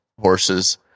horses